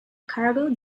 cargo